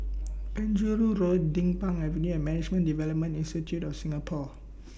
Penjuru Road Din Pang Avenue and Management Development Institute of Singapore